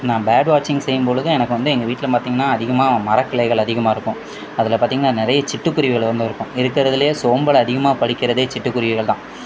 நான் பேர்டு வாட்சிங் செய்யும் பொழுது எனக்கு வந்து எங்கள் வீட்டில் பார்த்தீங்கன்னா அதிகமாக மரக்கிளைகள் அதிகமாக இருக்கும் அதில் பார்த்தீங்கன்னா நிறைய சிட்டுக்குருவிகள் வந்து இருக்கும் இருக்கிறதுலையே சோம்பல் அதிகமாக பறிக்கிறதே சிட்டுக்குருவிகள் தான்